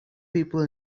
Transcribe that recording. people